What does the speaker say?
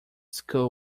school